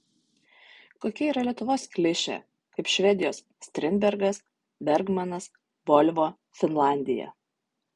kokia yra lietuvos klišė kaip švedijos strindbergas bergmanas volvo finlandija